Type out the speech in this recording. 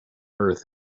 earth